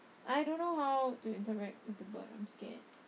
I don't know how to interact with the bird I'm scared